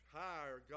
higher